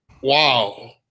wow